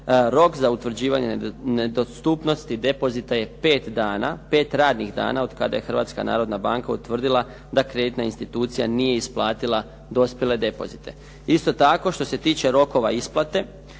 rok za utvrđivanje nedostupnosti depozita je pet radnih dana od kada je Hrvatska narodna banka utvrdila da kreditna institucija nije isplatila dospjele depozite. Isto tako što se tiče rokova isplate